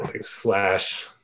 slash